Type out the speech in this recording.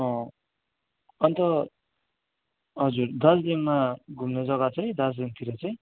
अँ अन्त हजुर दार्जिलिङमा घुम्ने जग्गा चाहिँ दार्जिलिङतिर चाहिँ